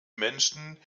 menschen